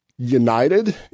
united